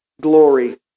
glory